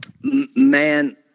Man